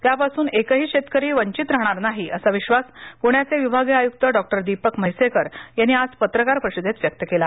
त्यापासून एकही शेतकरी वंचित राहणार नाही असा विश्वास पुण्याचे विभागीय आयुक्त डॉक्टर दीपक म्हैसेकर यांनी आज पत्रकार परिषदेत व्यक्त केला